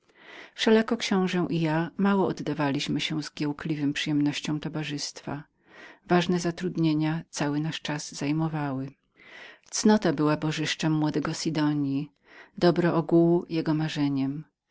wszelako książe i ja mało oddawaliśmy się przyjemnościom towarzystwa ważne zatrudnienia cały nasz czas nam zajmowały cnota była bożyszczem młodego sidonji dobro ogółu jego marzeniem